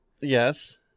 Yes